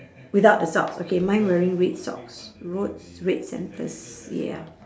without the socks okay mine wearing red socks red centres yeah